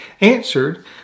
answered